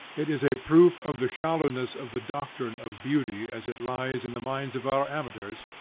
it is a proof of the shallowness of the doctrine of beauty as it lies in the minds of our amateurs,